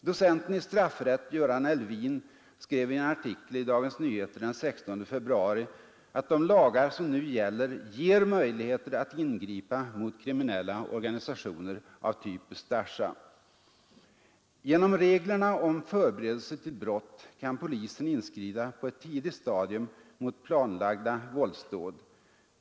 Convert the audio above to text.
Docenten i straffrätt Göran Elwin skrev i en artikel i Dagens Nyheter den 16 februari att de lagar som nu gäller ger möjligheter att ingripa mot kriminella organisationer av typ Ustasja: ”Genom reglerna om förberedelse till brott kan polisen inskrida på ett tidigt stadium mot planlagda våldsdåd.